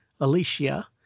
Alicia